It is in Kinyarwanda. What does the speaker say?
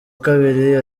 kabiri